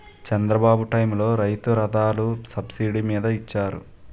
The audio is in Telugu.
చంద్రబాబు టైములో రైతు రథాలు సబ్సిడీ మీద ఇచ్చారు